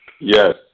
Yes